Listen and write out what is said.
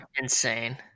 insane